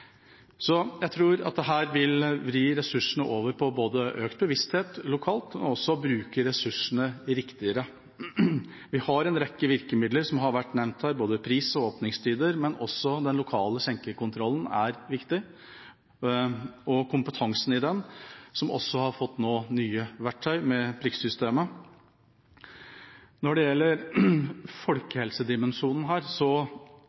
Jeg tror at dette vil vri ressursene over på både økt bevissthet lokalt og å bruke ressursene riktigere. Vi har en rekke virkemidler som har vært nevnt her, både pris og åpningstider, men også den lokale skjenkekontrollen og kompetansen der er viktig, og har nå fått et nytt verktøy med prikksystemet. Når det gjelder folkehelsedimensjonen her,